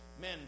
men